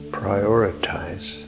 prioritize